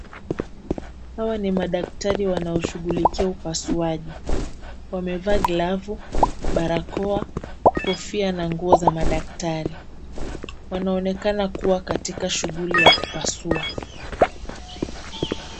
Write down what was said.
Hawa ni madaktari wanaoshughulikia upasuaji. Wamevaa glavu, barakoa, kofia na nguo za madaktari. Wanaonekana kuwa katika shughuli ya kupasua.